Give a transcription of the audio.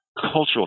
cultural